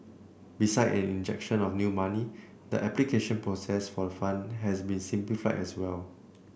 beside an injection of new money the application process for the fund has been simplified as well